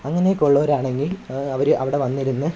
അങ്ങനെയൊക്കെ ഉള്ളവരാണെങ്കില് അവർ അവിടെ വന്നിരുന്നു